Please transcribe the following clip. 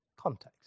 Context